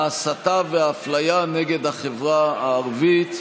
ההסתה והאפליה נגד החברה הערבית.